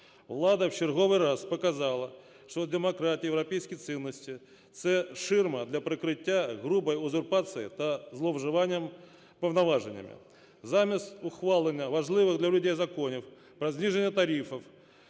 Влада в черговий раз показала, що демократія, європейські цінності – це ширма для прикриття грубої узурпації та зловживання повноваженнями. Замість ухвалення важливих для людей законів про зниження тарифів,